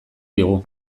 digu